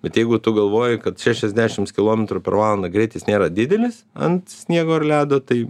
bet jeigu tu galvoji kad šešiasdešims kilometrų per valandą greitis nėra didelis ant sniego ar ledo tai